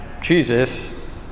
Jesus